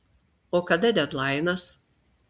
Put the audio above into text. o kada dedlainas